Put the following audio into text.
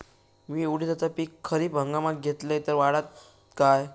मी उडीदाचा पीक खरीप हंगामात घेतलय तर वाढात काय?